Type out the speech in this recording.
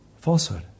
Falsehood